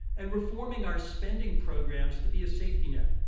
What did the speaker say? and reforming our spending programs to be a safety net?